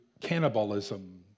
cannibalism